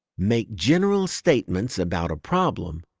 make general statements about a problem,